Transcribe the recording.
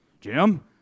Jim